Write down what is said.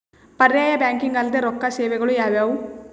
ಪರ್ಯಾಯ ಬ್ಯಾಂಕಿಂಗ್ ಅಲ್ದೇ ರೊಕ್ಕ ಸೇವೆಗಳು ಯಾವ್ಯಾವು?